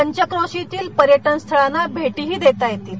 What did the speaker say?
पंचक्रोशितील पर्यटन स्थळांना भेटीही देता येतील